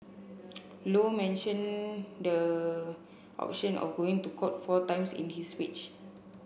low mention the option of going to court four times in his speech